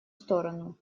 сторону